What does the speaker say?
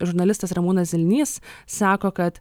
žurnalistas ramūnas zilnys sako kad